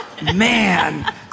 man